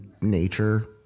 nature